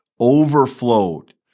overflowed